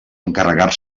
encarregar